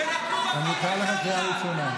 אני אקרא אותך קריאה ראשונה.